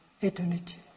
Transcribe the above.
eternity